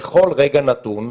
בכל רגע נתון,